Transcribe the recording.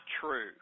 true